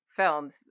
films